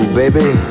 baby